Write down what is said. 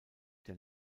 der